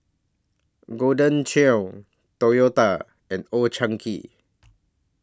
Golden Churn Toyota and Old Chang Kee